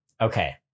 Okay